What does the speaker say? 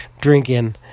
drinking